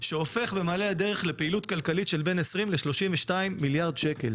שהופך במעלה הדרך לפעילות כלכלית שבין 20 ל-32 מיליארד שקל.